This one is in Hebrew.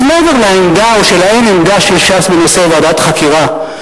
אז מעבר לעמדה או לאין-עמדה של ש"ס בנושא ועדת חקירה,